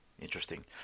interesting